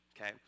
okay